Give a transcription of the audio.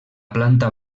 planta